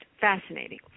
Fascinating